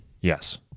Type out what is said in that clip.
Yes